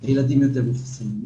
הילדים יותר מחוסנים.